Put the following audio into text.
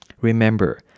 Remember